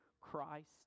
Christ